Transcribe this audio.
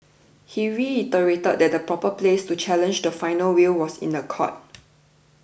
he reiterated that the proper place to challenge the final will was in the court